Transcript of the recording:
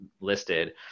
listed